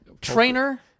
trainer